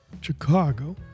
Chicago